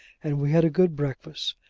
and we had a good breakfast.